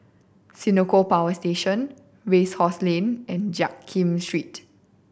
Senoko Power Station Race Course Lane and Jiak Kim Street